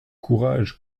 courage